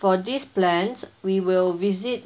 for these plans we will visit